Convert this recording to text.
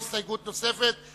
ההסתייגות של חבר הכנסת איתן כבל,